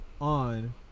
on